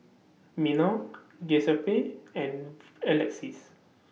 Minor Giuseppe and Alexis